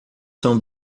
são